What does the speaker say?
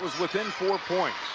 within four points.